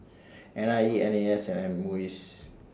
N I E N A S and Muis